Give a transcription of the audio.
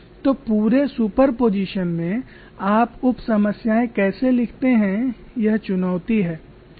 तो पूरे सुपरपोजिशन में आप उप समस्याएं कैसे लिखते हैं यह चुनौती है